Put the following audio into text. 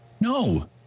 No